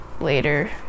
later